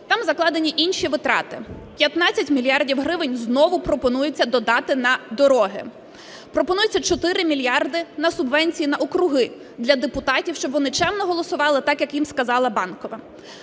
там закладені інші витрати. 15 мільярдів гривень знову пропонується додати на дороги, пропонується 4 мільярди на субвенції на округи для депутатів, щоб вони чемно голосували так, як їм сказала Банкова.